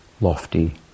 lofty